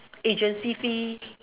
agency fee